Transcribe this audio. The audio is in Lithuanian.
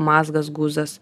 mazgas guzas